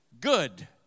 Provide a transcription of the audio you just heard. good